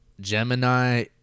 Gemini